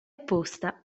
posta